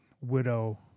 widow